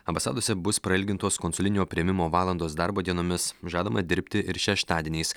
ambasadose bus prailgintos konsulinio priėmimo valandos darbo dienomis žadama dirbti ir šeštadieniais